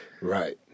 Right